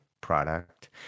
product